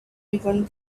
everyone